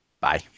Bye